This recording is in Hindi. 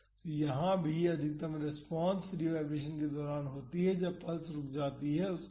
तो यहाँ भी अधिकतम रेस्पॉन्स फ्री वाईब्रेशन के दौरान होती है जब पल्स रुक जाती हैं उसके बाद